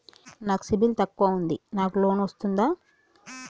నాకు సిబిల్ తక్కువ ఉంది నాకు లోన్ వస్తుందా?